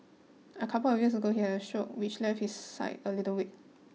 a couple of years ago he had a stroke which left his side a little weak